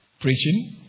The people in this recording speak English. preaching